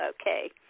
Okay